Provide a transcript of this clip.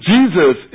Jesus